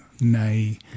Nay